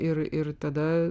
ir ir tada